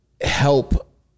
Help